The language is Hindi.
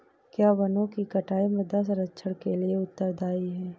क्या वनों की कटाई मृदा क्षरण के लिए उत्तरदायी है?